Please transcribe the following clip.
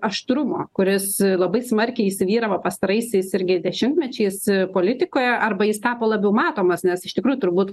aštrumo kuris labai smarkiai įsivyravo pastaraisiais ir dešimtmečiais politikoje arba jis tapo labiau matomas nes iš tikrųjų turbūt